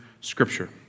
Scripture